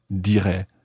dirait